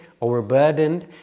overburdened